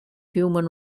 human